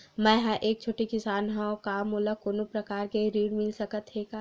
मै ह एक छोटे किसान हंव का मोला कोनो प्रकार के ऋण मिल सकत हे का?